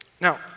Now